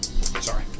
sorry